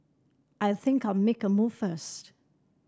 I think I'll make a move first